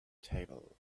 table